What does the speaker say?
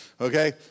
okay